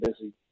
busy